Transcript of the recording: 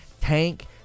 Tank